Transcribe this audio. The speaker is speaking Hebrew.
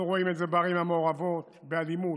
אנחנו רואים את זה בערים המעורבות, באלימות,